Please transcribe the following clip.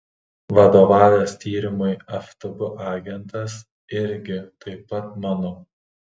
vadovavęs tyrimui ftb agentas irgi taip pat mano